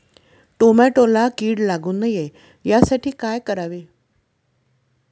टोमॅटोला कीड लागू नये यासाठी काय करावे?